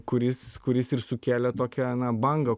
kuris kuris ir sukėlė tokią na bangą